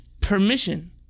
permission